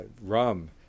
rum